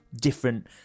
different